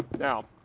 now,